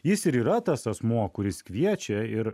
jis ir yra tas asmuo kuris kviečia ir